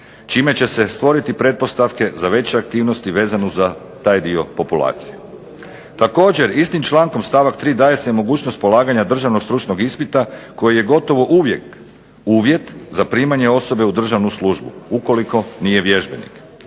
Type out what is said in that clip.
čime će se stvoriti pretpostavke za veće aktivnosti vezano za taj dio populacije. Također, istim člankom stavak 3. daje se mogućnost polaganja državnog stručnog ispita koji je gotovo uvijek uvjet za primanje osobe u državnu službu, ukoliko nije vježbenik.